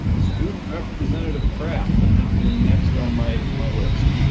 student representative kraft, i think you're next on my my list,